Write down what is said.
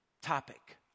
topic